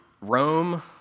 Rome